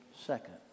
second